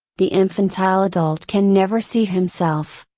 the infantile adult can never see himself,